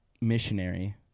missionary